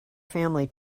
family